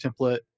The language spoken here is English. template